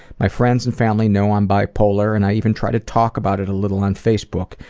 my friends and family know i'm bi-polar and i even try to talk about it a little on facebook,